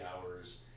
hours